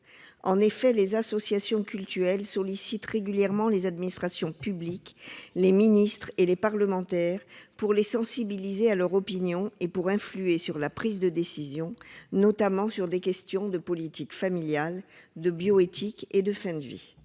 En effet, les associations cultuelles sollicitent régulièrement les administrations publiques, les ministres et les parlementaires pour les sensibiliser à leur opinion et pour influer sur la prise de décision, notamment sur des questions de politique familiale, de bioéthique et de fin de vie.